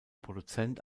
produzent